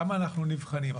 שם אנחנו נבחנים.